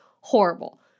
Horrible